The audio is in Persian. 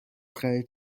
خرید